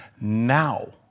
now